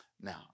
Now